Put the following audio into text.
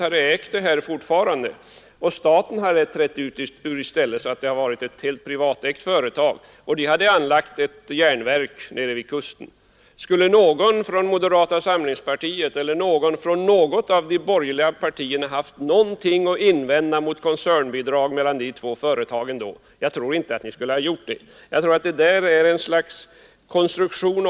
Antag att staten i stället för Grängesberg hade lämnat företaget och att detta alltså hade blivit privatägt! Skulle då någon inom moderata samlingspartiet eller inom något av de andra borgerliga partierna haft någonting att invända om detta företag hade anlagt ett järnverk vid kusten och gett det koncernbidrag? Jag tror inte det! Jag tror att detta är ett slags konstruktion.